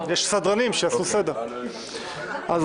יש סדרנים שיעשו סדר.